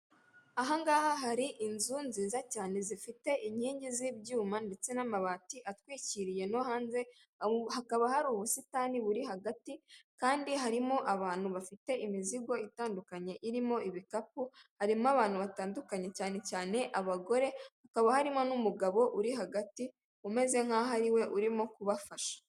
Ahangaha hari inzu nziza cyane zifite inkingi z'ibyuma ndetse n'amabati atwikiriye no hanze, hakaba hari ubusitani buri hagati, kandi harimo abantu bafite imizigo itandukanye irimo ibikapu, harimo abantu batandukanye cyane cyane abagore, hakaba harimo n'umugabo uri hagati umeze nk'aho ariwe urimo kubafasha.